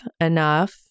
enough